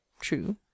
True